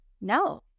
no